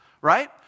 right